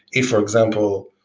if for example,